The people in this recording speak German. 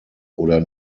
oder